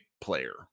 player